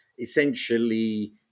essentially